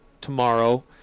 tomorrow